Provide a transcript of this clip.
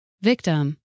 Victim